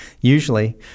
usually